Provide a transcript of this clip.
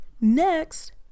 next